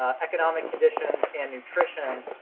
ah economic conditions and nutrition,